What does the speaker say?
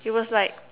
he was like